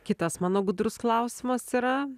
kitas mano gudrus klausimas yra